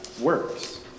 works